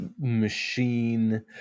machine